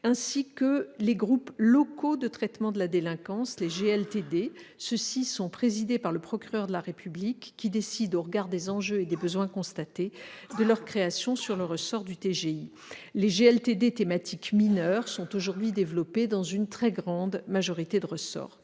ainsi que les groupes locaux de traitement de la délinquance, les GLTD. Ceux-ci sont présidés par le procureur de la République qui décide, au regard des enjeux et des besoins constatés, de leur création sur le ressort du tribunal de grande instance. Les GLTD thématiques « mineurs » sont aujourd'hui développés dans une très grande majorité de ressorts.